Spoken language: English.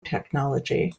technology